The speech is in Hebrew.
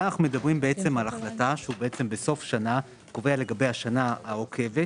כאן אנחנו מדברים על החלטה שבה בסוף שנה הוא קובע לגבי השנה העוקבת,